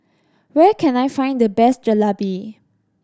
where can I find the best Jalebi